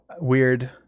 weird